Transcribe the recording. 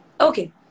okay